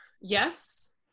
yes